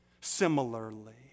similarly